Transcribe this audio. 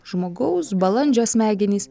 žmogaus balandžio smegenys